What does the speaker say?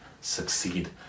succeed